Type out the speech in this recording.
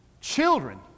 children